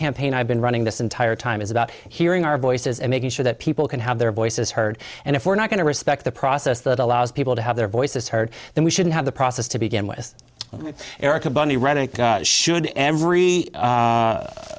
campaign i've been running this entire time is about hearing our voices and making sure that people can have their voices heard and if we're not going to respect the process that allows people to have their voices heard then we shouldn't have the process to begin with erika bunny reading should every a